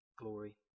glory